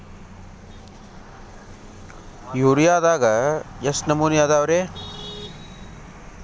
ಯೂರಿಯಾದಾಗ ಎಷ್ಟ ನಮೂನಿ ಅದಾವ್ರೇ?